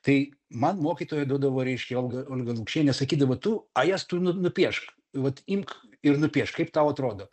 tai man mokytoja duodavo reiškia olga olga lukšienė sakydavo tu a jas tu nu nupiešk vat imk ir nupiešk kaip tau atrodo